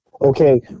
Okay